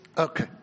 Okay